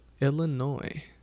illinois